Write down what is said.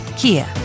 Kia